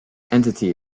entity